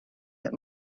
that